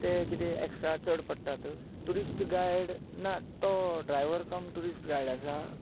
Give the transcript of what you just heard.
तें कितें एक्स्ट्रा चड पडटात ट्युरिस्ट गायड ना तो ड्रायव्हर कम ट्युरिस्ट गायड आसा